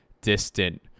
distant